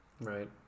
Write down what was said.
right